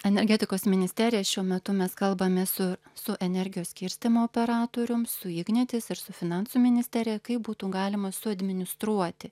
energetikos ministerijoj šiuo metu mes kalbamės su su energijos skirstymo operatorium su ignitis ir su finansų ministerija kaip būtų galima suadministruoti